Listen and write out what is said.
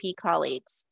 colleagues